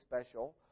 special